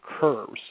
curves